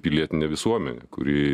pilietinė visuomenė kuri